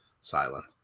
silent